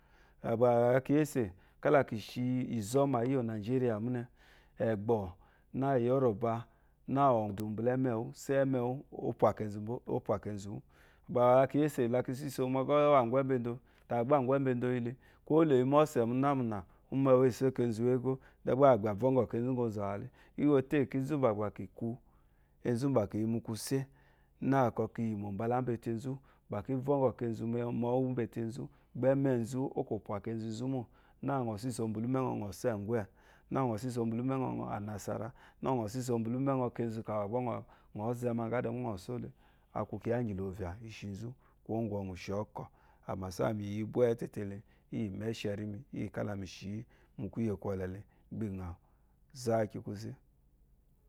Kígbá gbá kí yesé ìzo má iyó nigeriá míné egbó gba ɔydu wu mba léméwúsá mewu ko eyoruba ki gba gba laki yesé agwai mbedo ta tai gba a gwai mbe do ɔyi le kolo yi mosé munamuna maewu ose kézú wii égó gba agba vɔgó kezũ wũ zõwale iwóté kizu baki ku ezu mbabwo ka kyi mu kusema bwó icón kíyí mombalamba tézù bwoku amè zu ɔko pwakezuzumo mo ɔyi siso mba ume ɔ́ ɔsaigái na ɔysiso mbala ume ɔna ɔso ana sárà kezu kewa gba ɔzo magale ákúkíyá ígi lóya eshizu kuwo gɔgú ákú kiya igi lóvía íshízú kwó gwógú lakíshõkɔ ámásá ìyì mìyì yì bwé tété ìyì mèshérí mí ìyí bwé té íyí bwẽté kálà misolé ìyí méshérímì gbà ìnyényí múkuyé kolé zàkíkú sé